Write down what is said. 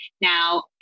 Now